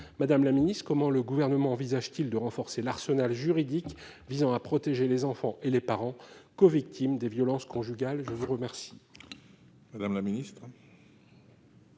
Madame la ministre, comment le Gouvernement envisage-t-il de renforcer l'arsenal juridique visant à protéger les enfants et le parent, covictimes de violences conjugales ? La parole est à Mme la ministre